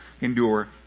endure